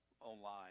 online